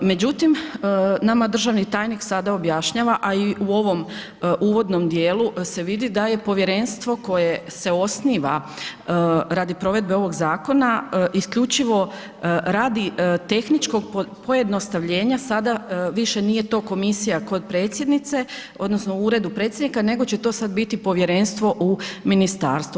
Međutim, nama državni tajnik sada objašnjava a i u ovom uvodnom djelu se vidi da je povjerenstvo koje se osniva radi provedbe ovog zakona, isključivo radi tehničkog pojednostavljenja sada više nije to komisija kod Predsjednice odnosno u Uredu Predsjednika nego će to sad biti povjerenstvo u ministarstvu.